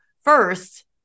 first